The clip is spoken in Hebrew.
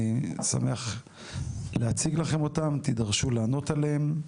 אני שמח להציג לכם אותם, תידרשו לענות עליהם: